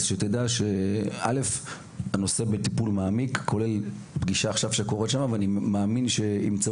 אז שתדע שקודם כל שהנושא בטיפול כבר ממש עכשיו ואני מאמין שנמצא